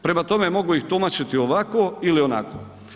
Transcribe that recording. Prema tome mogu ih tumačit ovako ili onako.